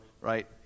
right